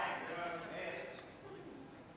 סעיפים 1 10 נתקבלו.